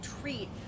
treat